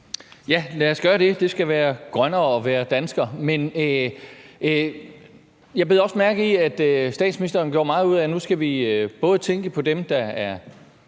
Ja, lad os gøre det. Det skal være grønnere at være dansker. Jeg bed også mærke i, at statsministeren gjorde meget ud af, at nu skal vi både tænke på dem, der er